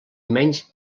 menys